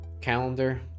calendar